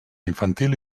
infantil